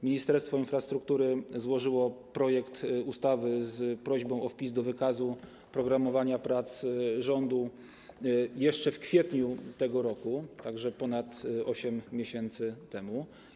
Ministerstwo Infrastruktury złożyło projekt ustawy z prośbą o wpis do wykazu prac rządu jeszcze w kwietniu tego roku, czyli ponad 8 miesięcy temu.